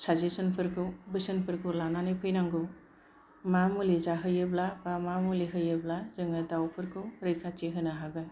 साजेसोन फोरखौ बोसोनफोरखौ लानानै फैनांगौ मा मुलि जाहोयोब्ला एबा मा मुलि होयोब्ला जोङो दाउफोरखौ रैखाथि होनो हागोन